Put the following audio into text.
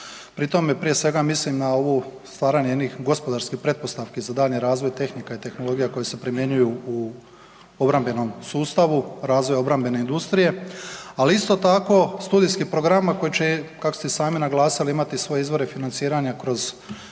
prije svega mislim na … stvaranje gospodarskih pretpostavih za daljnji razvoj tehnika i tehnologija koje se primjenjuju u obrambenom sustavu, razvoja obrambene industrije, ali isto tako studijskih programa koji će, kako ste i sami naglasili, imati svoje izvore financiranja kroz